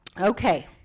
Okay